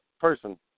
person